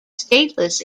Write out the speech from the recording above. stateless